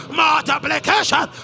multiplication